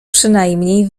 przynajmniej